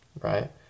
right